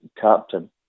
captain